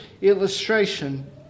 illustration